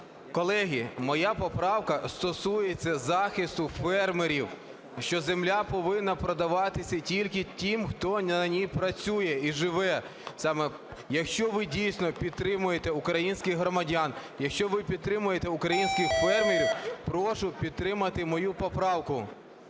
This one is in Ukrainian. Колеги, моя поправка стосується захисту фермерів. Що земля повинна продаватися тільки тим, хто на ній працює і живе саме. Якщо ви дійсно підтримуєте українських громадян, якщо ви підтримуєте українських фермерів, прошу підтримати мою поправку.